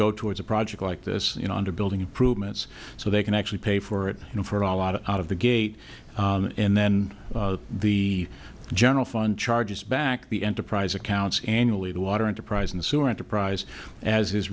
go towards a project like this you know under building improvements so they can actually pay for it you know for a lot out of the gate and then the general fund charges back the enterprise accounts annually the water enterprise and sewer enterprise as is